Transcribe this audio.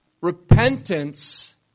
repentance